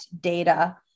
data